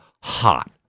hot